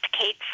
Kate